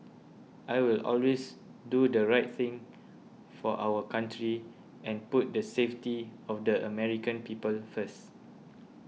I will always do the right thing for our country and put the safety of the American people first